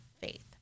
faith